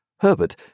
Herbert